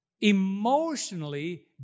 emotionally